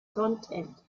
content